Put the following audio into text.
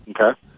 Okay